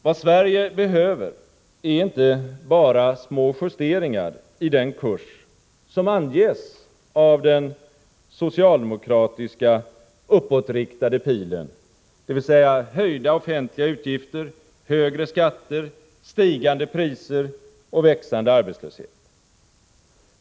Vad Sverige behöver är inte bara små justeringar i den kurs som anges av den socialdemokratiska uppåtriktade pilen, dvs. höjda offentliga utgifter, högre skatter, stigande priser och växande arbetslöshet.